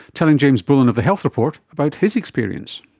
telling james bullen of the health report about his experience.